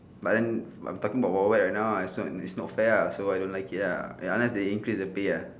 but then I'm talking about wild wild wet and now I so it's not fair ah so I don't like it ah ya unless they increase the pay ah